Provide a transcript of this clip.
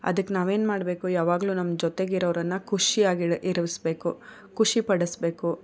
ಅದಕ್ಕೆ ನಾವು ಏನು ಮಾಡಬೇಕು ಯಾವಾಗಲೂ ನಮ್ಮ ಜೊತೆಗೆ ಇರೋರನ್ನು ಖುಷಿಯಾಗಿ ಇರಿಸಬೇಕು ಖುಷಿ ಪಡಿಸಬೇಕು